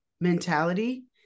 mentality